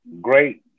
great